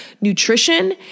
nutrition